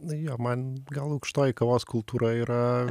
jo man gal aukštoji kavos kultūra yra